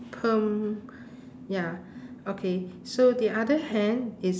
perm ya okay so the other hand is